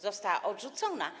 Została odrzucona.